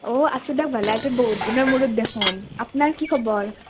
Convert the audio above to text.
অঁ আছোঁ দক ভালেই বহু দিনৰ মোৰত দেখোন আপ্নাৰ কি খবৰ